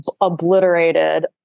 obliterated